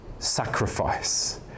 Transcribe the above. sacrifice